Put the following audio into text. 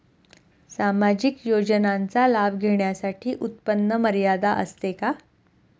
सामाजिक योजनांचा लाभ घेण्यासाठी उत्पन्न मर्यादा असते का?